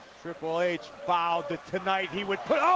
triple h vowed that tonight he would put